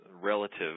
relative